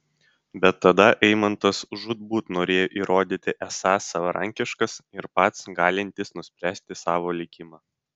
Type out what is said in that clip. bet tada eimantas žūtbūt norėjo įrodyti esąs savarankiškas ir pats galintis nuspręsti savo likimą